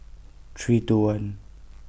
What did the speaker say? three two one